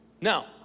Now